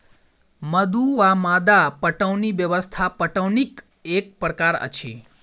मद्दु वा मद्दा पटौनी व्यवस्था पटौनीक एक प्रकार अछि